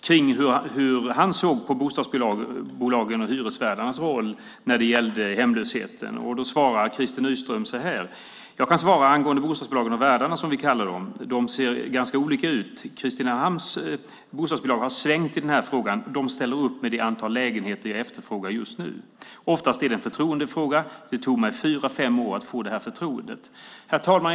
Frågan gällde hur han såg på bostadsbolagens och hyresvärdarnas roll när det gällde hemlösheten. Då svarade Krister Nyström så här: "Jag kan svara angående bostadsbolagen och värdarna, som vi kallar dem. Det ser ganska olika ut. Kristinehamns bostadsbolag har svängt i den här frågan. De ställer upp med det antal lägenheter jag efterfrågar just nu. Oftast är det en förtroendefråga. Det tog mig fyra fem år att få det här förtroendet." Herr talman!